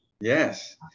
Yes